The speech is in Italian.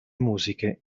musiche